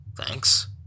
Thanks